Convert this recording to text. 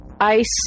ice